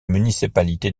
municipalité